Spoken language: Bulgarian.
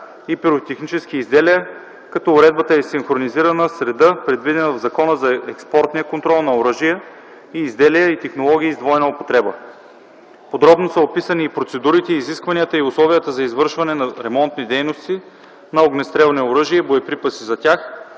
и пиротехнически изделия, като уредбата е синхронизирана с реда, предвиден в Закона за експортния контрол на оръжия и изделия и технологии с двойна употреба. Подробно са описани и процедурите, изискванията и условията за извършване на ремонтни дейности на огнестрелни оръжия и боеприпаси за тях,